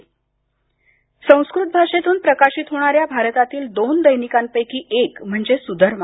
विश्व संस्कृत दिवस संस्कृत भाषेतून प्रकाशित होणाऱ्या भारतातील दोन दैनिकांपैकी एक म्हणजे सुधर्मा